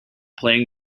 playing